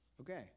Okay